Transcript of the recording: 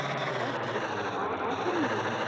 हुन्छ स्कुलमा अँ आउँछु नि लिनु